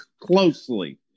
closely